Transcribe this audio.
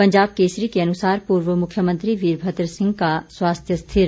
पंजाब केसरी के अनुसार पूर्व मुख्यमंत्री वीरभद्र सिंह का स्वास्थ्य स्थिर